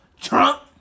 Trump